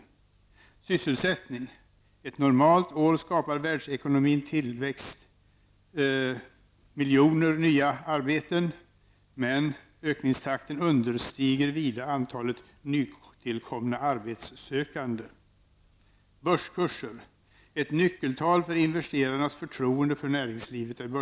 Ett normalt år skapar världsekonomins tillväxt miljoner nya arbeten. Men ökningstakten understiger vida antalet nytillkomna arbetssökande. Ett nyckeltal för investerarnas förtroende för näringslivet.